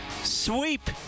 sweep